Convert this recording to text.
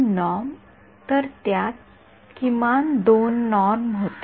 २ norm तर त्यात किमान २ नॉर्महोते